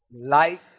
Light